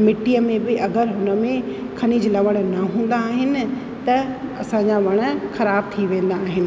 मिटीअ में बि अगरि हुन में खनिज लहण न हूंदा आहिनि त असांजा वण ख़राब थी वेंदा आहिनि